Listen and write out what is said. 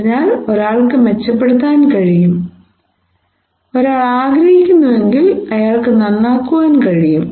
അതിനാൽ ഒരാൾക്ക് മെച്ചപ്പെടുത്താൻ കഴിയും ഒരാൾ ആഗ്രഹിക്കുന്നുവെങ്കിൽ അയാൾക്ക് നന്നാക്കുവാൻ കഴിയും